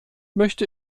möchte